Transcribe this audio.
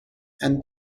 and